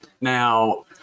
Now